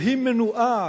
והיא מנועה,